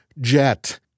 jet